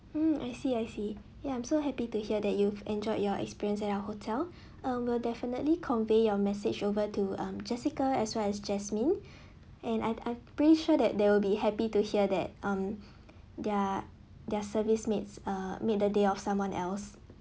mm I see I see ya I'm so happy to hear that you've enjoyed your experience at our hotel uh we will definitely convey your message over to um jessica as well as jasmine and I I pretty sure that they will be happy to hear that um their their service made uh made the day of someone else